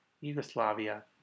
Yugoslavia